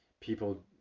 people